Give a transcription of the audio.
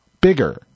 bigger